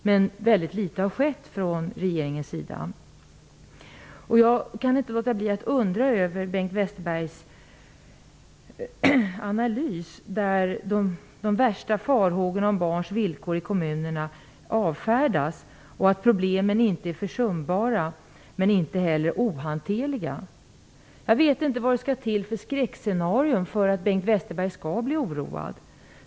Men väldigt litet har skett från regeringens sida. Jag kan inte låta bli att undra något över Bengt Westerbergs analys. De värsta farhågorna om barns villkor i kommuerna avfärdas, och det sägs att problemen inte är försumbara men inte heller ohanterliga. Jag vet inte vad som skall till i form av ett skräckscenario för att Bengt Westerberg skall bli oroad.